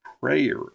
prayer